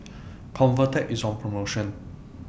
Convatec IS on promotion